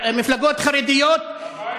מפלגות חרדיות, הבית היהודי.